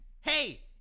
Hey